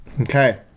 Okay